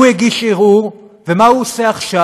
הוא הגיש ערעור, ומה הוא עושה עכשיו?